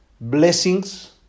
blessings